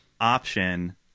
option